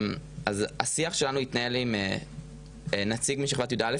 אז השיח שלנו התנהל עם נציג משכבות יא'